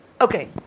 okay